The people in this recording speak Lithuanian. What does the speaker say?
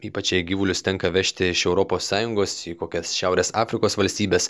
ypač jei gyvulius tenka vežti iš europos sąjungos į kokias šiaurės afrikos valstybes